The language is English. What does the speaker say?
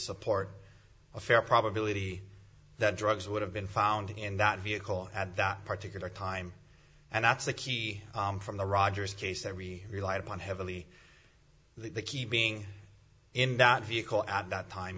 support a fair probability that drugs would have been found in that vehicle at that particular time and that's the key from the rogers case that we relied upon heavily the key being in that vehicle at that time